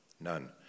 none